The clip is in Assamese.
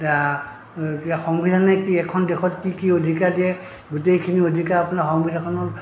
এতিয়া সংবিধানে কি এখন দেশত কি কি অধিকাৰ দিয়ে গোটেইখিনি অধিকাৰ আপোনাৰ সংবিধানখনৰ